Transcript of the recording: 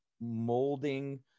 molding